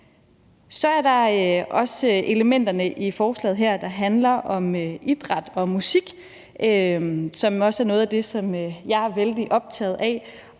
Så er der også de elementer i forslaget her, der handler om idræt og musik, som er noget af det, jeg er vældig optaget af.